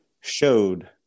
showed